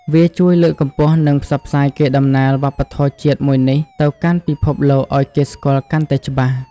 វាជួយលើកកម្ពស់ និងផ្សព្វផ្សាយកេរដំណែលវប្បធម៌ជាតិមួយនេះទៅកាន់ពិភពលោកឲ្យគេស្គាល់កាន់តែច្បាស់។